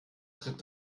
tritt